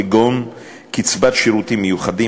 כגון קצבת שירותים מיוחדים,